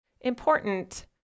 important